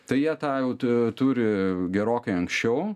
tai jie tą jau tu turi gerokai anksčiau